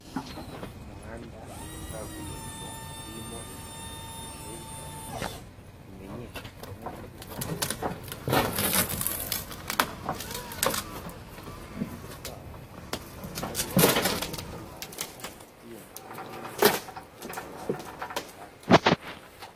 Umuhanda wa kaburimbo urimo ibimenyetso bigiye bitandukanye, bimenyesha ikinyabiziga aho kigomba kunyura, yaba ari iburyo cyangwa ibumoso, iruhande rwaho hakaba hari undi muhanda ndetse hagati y'uwo muhanda n'undi hakaba hari ubwatsi.